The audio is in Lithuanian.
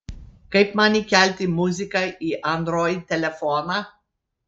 kaip man įkelti muziką į android telefoną